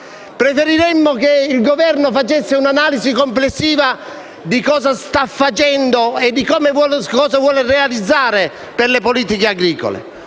Preferiremmo che il Governo facesse un'analisi complessiva di ciò che sta facendo e di ciò che vuole realizzare in tema di politiche agricole.